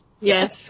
Yes